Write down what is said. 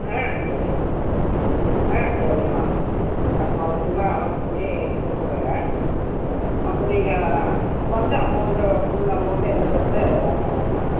ஆ சரி ஆ சரிம்மா அடுத்து வாங்க ஃபுல்லா அளவு துணி கொடுத்துர்றேங்க அப்புறம் நீங்கள் வந்து அமௌண்ட்டும் ஃபுல் அமௌண்ட்டும் என்னங்கிறது வாங்க்கிலாங்கம்மா